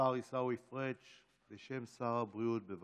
השר עיסאווי פריג', בשם שר הבריאות, בבקשה.